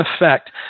effect